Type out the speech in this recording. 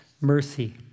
mercy